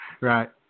Right